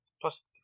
Plus